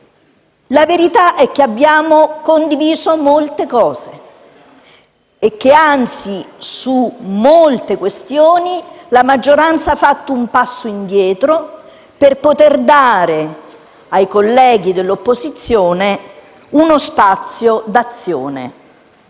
La verità è che abbiamo condiviso molte cose e che, anzi, su molte questioni la maggioranza ha fatto un passo indietro per poter dare ai colleghi dell'opposizione uno spazio d'azione.